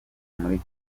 muri